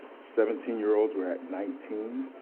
seventeen year olds, we're at nineteen.